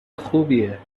خوبیه